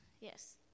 yes